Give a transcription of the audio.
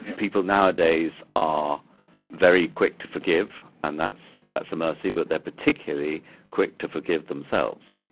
people nowadays are very quick to forgive and that's that's a mercy but they're particularly quick to forgive themselves.